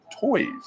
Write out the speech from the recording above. toys